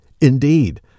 Indeed